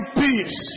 peace